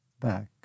back